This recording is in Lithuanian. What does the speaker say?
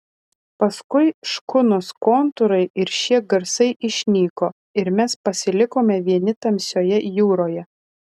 paskui škunos kontūrai ir šie garsai išnyko ir mes pasilikome vieni tamsioje jūroje